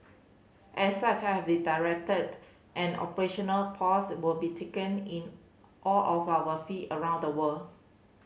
as such I have directed an operational possible be taken in all of our feet around the world